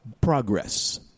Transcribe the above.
progress